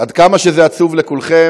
אני קובע כי הצעת חוק חוזה הביטוח (תיקון מס' 9),